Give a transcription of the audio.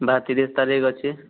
ବାହାଘର ତିରିଶ ତାରିଖ ଅଛି